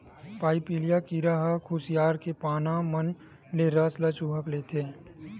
पाइपिला कीरा ह खुसियार के पाना मन ले रस ल चूंहक लेथे